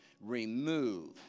remove